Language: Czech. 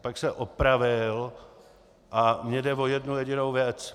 Pak se opravil, a mně jde o jednu jedinou věc.